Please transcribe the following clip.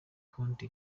konti